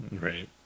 right